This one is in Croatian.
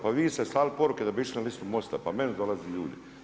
Pa vi ste slali poruke da bi išli na listu MOST-a, pa meni dolazili ljudi.